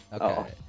Okay